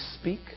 speak